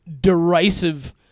derisive